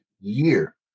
year